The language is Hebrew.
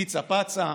פיצה פצה.